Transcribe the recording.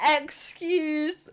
Excuse